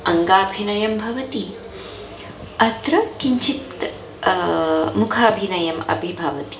अङ्गाभिनयं भवति अत्र किञ्चित् मुखाभिनयम् अपि भवति